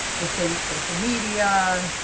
let's say social media,